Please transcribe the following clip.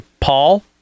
Paul